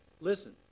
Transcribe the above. listen